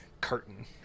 curtain